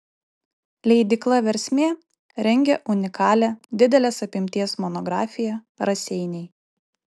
leidykla versmė rengia unikalią didelės apimties monografiją raseiniai